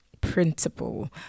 principle